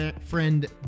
friend